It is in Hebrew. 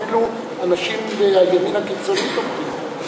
אפילו אנשים בימין הקיצוני תומכים.